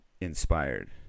inspired